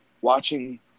watching